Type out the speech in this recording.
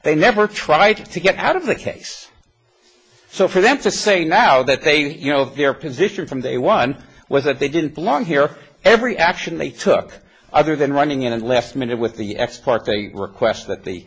they never tried to get out of the case so for them to say now that they you know their position from day one was that they didn't belong here every action they took other than running in and left me with the ex parte they request that the